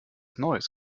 neues